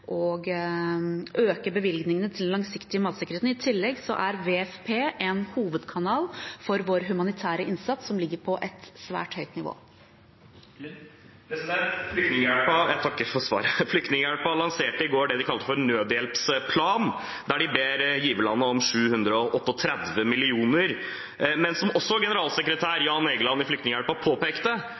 og øke bevilgningene til den langsiktige matsikkerheten. I tillegg er WFP en hovedkanal for vår humanitære innsats, som ligger på et svært høyt nivå. Tobias Drevland Lund – til oppfølgingsspørsmål. Jeg takker for svaret. Flyktninghjelpen lanserte i går det de kalte for en nødhjelpsplan, der de ber giverlandene om 738 mill. kr. Som også generalsekretær Jan Egeland i Flyktninghjelpen påpekte,